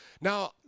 Now